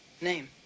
name